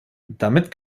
damit